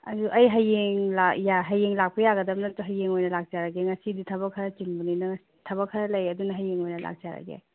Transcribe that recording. ꯑꯗꯣ ꯑꯩ ꯍꯌꯦꯡ ꯍꯌꯦꯡ ꯂꯥꯛꯄ ꯌꯥꯒꯗꯕ ꯅꯠꯇ꯭ꯔꯣ ꯍꯌꯦꯡ ꯑꯣꯏꯅ ꯂꯥꯛꯆꯔꯒꯦ ꯉꯁꯤꯗꯤ ꯊꯕꯛ ꯈꯔ ꯆꯤꯟꯕꯅꯤꯅ ꯊꯕꯛ ꯈꯔ ꯂꯩꯌꯦ ꯑꯗꯨꯅ ꯍꯌꯦꯡ ꯑꯣꯏꯅ ꯂꯥꯛꯆꯔꯒꯦ